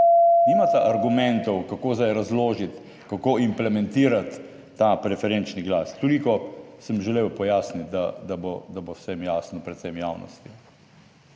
Nimate argumentov, kako zdaj razložiti, kako implementirati ta preferenčni glas. Toliko sem želel pojasniti, da bo vsem jasno, predvsem javnosti.